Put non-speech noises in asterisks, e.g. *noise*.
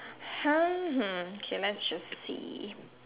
*noise* K let's just see